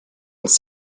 als